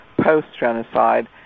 post-genocide